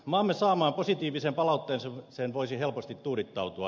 maamme saamaan positiivisen palautteeseen voisi helposti tuudittautua